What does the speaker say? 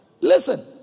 Listen